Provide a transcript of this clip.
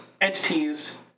entities